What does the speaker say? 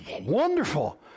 wonderful